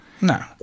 No